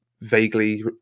vaguely